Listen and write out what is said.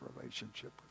relationship